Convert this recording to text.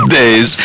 days